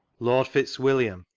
lord fitzwilliam,